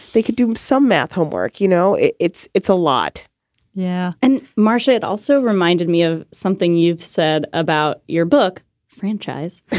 they could do some math homework. you know, it's it's a lot yeah. and marcia, it also reminded me of something you've said about your book franchise